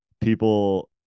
people